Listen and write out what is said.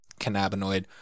cannabinoid